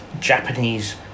japanese